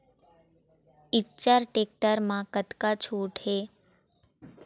Eicher tractor म कतका छूट हे?